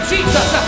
Jesus